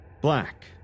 Black